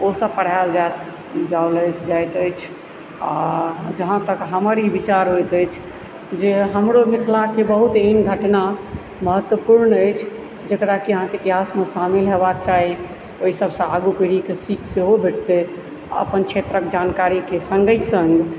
ओ सब पढ़ायल जाइत अछि आ जहाँ तक हमर ई विचार होइत अछि जे हमरो मिथिलाके बहुत एहन घटना महत्वपुर्ण अछि जकरा कि अहाँ इतिहासमे शामिल हेबाक चाही ओहिसबसँ आगू पीढ़ीकेँ सिख सेहो भेटतै आ अपन क्षेत्रके जानकारीके सङ्गहि सङ्ग